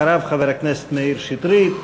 אחריו, חבר הכנסת מאיר שטרית.